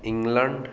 England